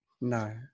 No